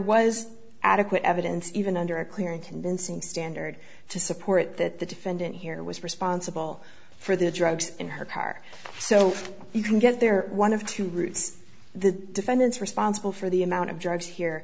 was adequate evidence even under a clear and convincing standard to support that the defendant here was responsible for the drugs in her car so you can get there one of two routes the defendants responsible for the amount of drugs here